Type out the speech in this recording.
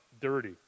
dirty